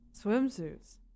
Swimsuits